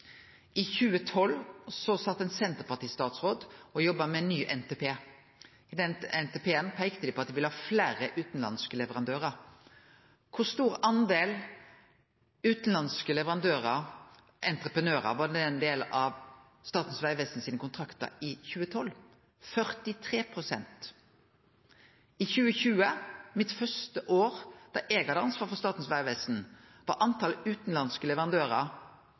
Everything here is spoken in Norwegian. I 2012 satt ein Senterparti-statsråd og jobba med ny NTP. Den NTP-en peikte på at ein vil ha fleire utanlandske leverandørar. Kor stor del utanlandske leverandørar, entreprenørar, var ein del av Statens vegvesen sine kontraktar i 2012? 43 pst. I 2020, det første året da eg hadde ansvaret for Statens vegvesen, var talet på utanlandske leverandørar,